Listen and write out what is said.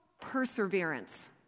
perseverance